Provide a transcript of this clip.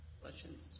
Questions